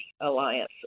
Alliance